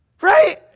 Right